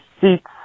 seats